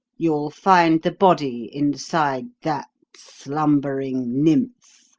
you'll find the body inside that slumbering nymph!